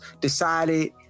decided